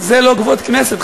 זה לא כבוד הכנסת,